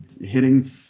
hitting